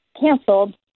canceled